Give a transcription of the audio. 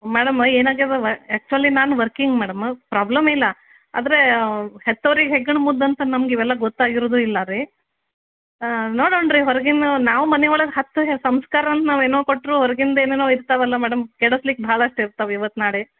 madam ಏನಾಗ್ಯದವ actually ನಾನು working madam problem ಇಲ್ಲ ಆದರೆ ಹೆತ್ತವ್ರಿಗೆ ಹೆಗ್ಗಣ ಮುದ್ದು ಅಂತ ನಮ್ಗೆ ಇವೆಲ್ಲ ಗೊತ್ತಾಗಿರುದು ಇಲ್ಲ ರೀ ನೋಡುಣ ರೀ ಹೊರಗಿನ ನಾವು ಮನೆ ಒಳಗೆ ಹತ್ ಹೇ ಸಂಸ್ಕಾರ ಅಂತ ನಾವು ಏನೋ ಕೊಟ್ಟರೂ ಹೊರ್ಗಿಂದ ಏನೇನೋ ಇರ್ತಾವಲ್ಲ ಮೇಡಮ್ ಕೆಡಸ್ಲಿಕ್ಕೆ ಭಾಳಷ್ಟು ಇರ್ತವೆ ಇವತ್ತು ನಾಳೆ